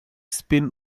spin